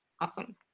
Awesome